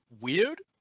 weird